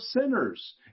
sinners